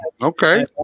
Okay